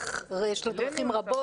דרכים רבות.